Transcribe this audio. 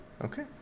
Okay